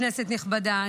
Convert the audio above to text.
כנסת נכבדה,